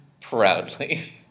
Proudly